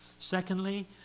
Secondly